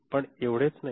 पण एवढेच नाही